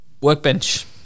Workbench